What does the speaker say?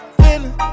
feeling